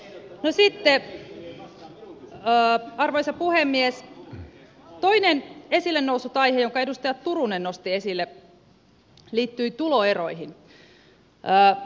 no sitten arvoisa puhemies toinen esille noussut aihe jonka edustaja turunen nosti esille liittyi tuloeroihin